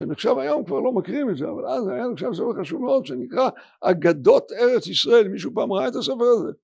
ונחשב היום כבר לא מכירים את זה אבל אז היה לנו ספר חשוב מאוד שנקרא אגדות ארץ ישראל מישהו פעם ראה את הספר הזה?